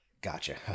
Gotcha